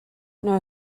know